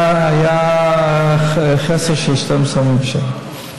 היה חסר של 12 מיליון שקל.